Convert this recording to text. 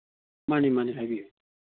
ꯃꯥꯅꯤ ꯃꯥꯅꯤ ꯍꯥꯏꯕꯤꯌꯨ